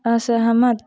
असहमत